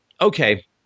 Okay